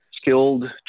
skilled